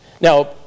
now